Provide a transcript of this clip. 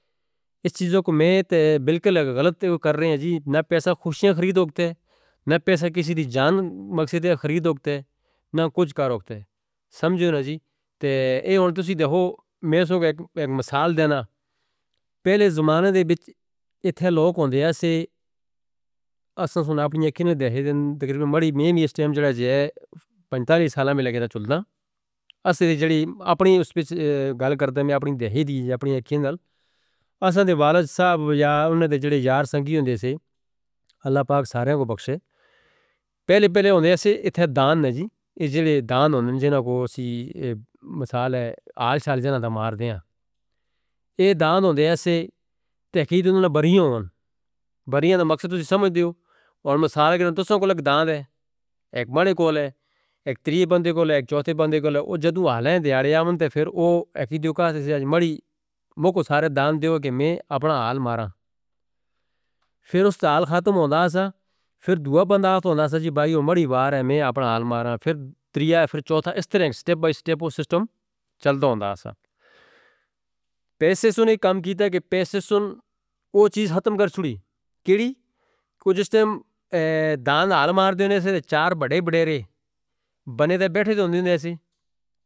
چار بندے گین ہن جڑکے اپنی نیٹا رکھ کے دے دیا دا، سارا کو کر کے پھر اس کے بعد فون دی کار بیٹھے دے کمرے بیجی راتی بسترے دے سوٹے دنجین نمبر ملایا جی پے اونو نہ ملایا، پراؤدو نہ ملایا، چاچے دا مامے دا، پھوپی دا، آج جی فلانے داڑھے جی جنکہی دی بیاہے سی، تسوں سن، راتی آج ہونے یا تسوں صبح آج ہونے، بس، اچھا خط ختم کی ہو گئی، کس کی تی؟ اس پیسے سن کی تی، سمجھو، پھر اس تو مقصد ایک ہٹ کہ تسیں ہر چیزہ کو تارو، اس ٹیم نکاہ جڑے ہیں، نکاہ بھی موبائل تے ہو رہے ہیں، ویڈیو کال تے ہو رہے ہیں، وہ کس کی تے، اس پیسے سن کی تے، اور وہ کی وہ چیز ختم ہو گئی، چہت پرولی ختم ہو گئی، کس کی تی، اس پیسے سن کی تی، اس پیسے دی گال تسیں کر رہے ہیں، اس پیسے سن، یہ پیسہ نقصان کر رہے ہیں، نقصان کر رہے ہیں، یہ پرولیاں، مابتاں، چاہتاں، یہ چیز آس تے آس تے گلوے چیز، مقصدے کھوڑ رہے ہیں، ہم سمجھتے ہیں نا، ہم اس پیسے دے اس پے چاہ رہے ہیں، پیسہ سن گلوے، ہم سارا کچھ کار رکھتے ہیں، کسہ کو نوکر بھی ہے، بسک بلایا، کسہ کو پانچ سو روپے دا جولی جارہے ہیں، ہمیں فلانی چیز جاننی ہے، ہمیں کچھ چیز وزنی ہے، پانچ سو آزار سک دیتا، ہم کار سٹ دیتے ہیں، یہ چیز ہم کر دے ہیں، لیکن اس نے ذہن ہے کہ یہ چیز نہیں آ رہی کہ بھائی ہم اپنی خوشیاں ہم آپ کو دور کر رہے ہیں، ہم آپ کو دور کر رہے ہیں، پہلے زمانے پر تسے تارو، یہ لوگ.